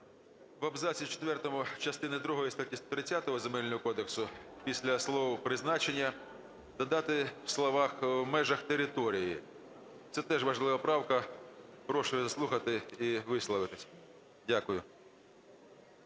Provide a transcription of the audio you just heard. четвертому частини другої статті 130 Земельного кодексу після слова "призначення" додати слова "в межах території". Це теж важлива правка. Прошу заслухати і висловитись. Дякую.